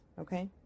okay